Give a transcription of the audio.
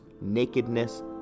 nakedness